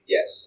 Yes